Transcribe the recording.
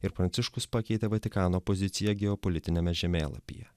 ir pranciškus pakeitė vatikano poziciją geopolitiniame žemėlapyje